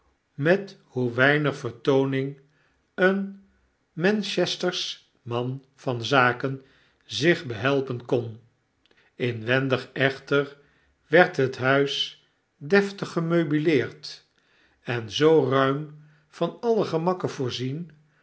met hoe weinig vertooning een manchestersch man van zaken zich behelpen kon inwendig echter werd het huis deftig gemeubileerd en zoo ruim van alle gemakken voorzien